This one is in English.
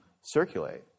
circulate